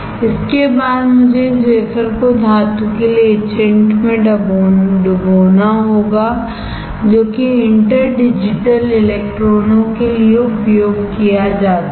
इसके बाद मुझे इस वेफर को धातु के लिए etchant में डुबोना होगा जो कि इंटरडिजिटल इलेक्ट्रॉनों के लिए उपयोग किया जाता है